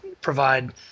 provide